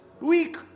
weak